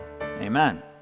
Amen